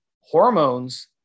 hormones